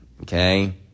Okay